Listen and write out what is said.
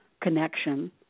connection